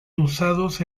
usados